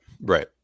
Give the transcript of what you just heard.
right